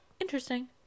interesting